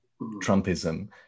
Trumpism